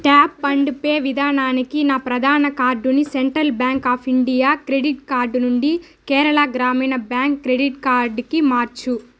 tap and pay విధానానికి నా ప్రధాన కార్డుని central bank of India credit card నుండి కేరళ గ్రామీణ బ్యాంక్ క్రెడిట్ కార్డుకి మార్చు